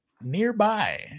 nearby